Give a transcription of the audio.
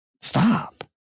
Stop